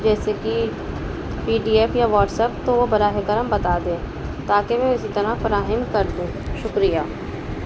جیسے کہ P D F یا واٹسیپ تو وہ براہ کرم بتا دیں تاکہ میں اسی طرح فراہم کر دوں شکریہ